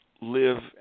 live